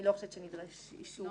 אני לא חושבת שנדרש אישור הוועדה.